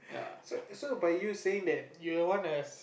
so so by you saying that you want a